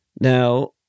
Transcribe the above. Now